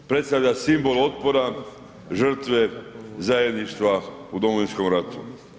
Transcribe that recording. Predstavlja simbol otpora, žrtve, zajedništva u Domovinskom ratu.